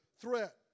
threat